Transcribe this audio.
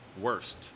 worst